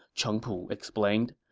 cheng pu explained.